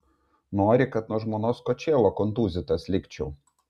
nori kad nuo žmonos kočėlo kontūzytas likčiau